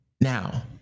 now